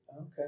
Okay